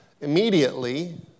Immediately